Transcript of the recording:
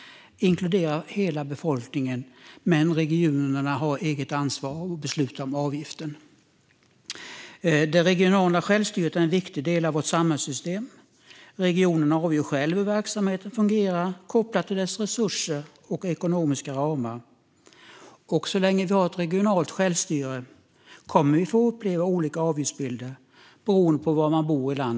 De inkluderar hela befolkningen, men regionerna har eget ansvar och beslutar om avgiften. Det regionala självstyret är en viktig del av vårt samhällsystem. Regionen avgör själv hur verksamheten fungerar kopplat till dess resurser och ekonomiska ramar. Så länge vi har regionalt självstyre kommer vi att få uppleva olika avgiftsbilder beroende var i landet man bor.